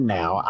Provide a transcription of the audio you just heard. now